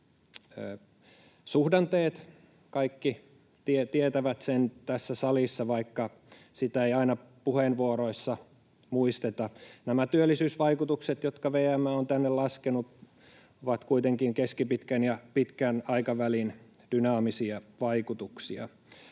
suhdanteet. Kaikki tietävät sen tässä salissa, vaikka sitä ei aina puheenvuoroissa muisteta. Nämä työllisyysvaikutukset, jotka VM on tänne laskenut, ovat kuitenkin keskipitkän ja pitkän aikavälin dynaamisia vaikutuksia.